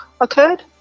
occurred